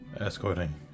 Escorting